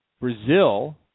Brazil